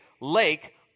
lake